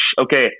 okay